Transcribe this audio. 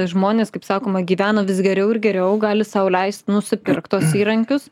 žmonės kaip sakoma gyvena vis geriau ir geriau gali sau leist nusipirkt tuos įrankius